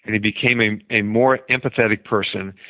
and he became a more empathetic person,